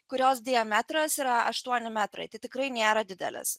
kurios diametras yra aštuoni metrai tikrai nėra didelės